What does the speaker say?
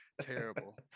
terrible